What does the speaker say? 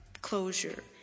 closure